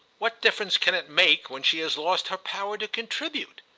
what difference can it make when she has lost her power to contribute?